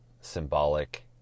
symbolic